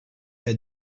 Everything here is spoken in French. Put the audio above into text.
qu’à